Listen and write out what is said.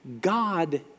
God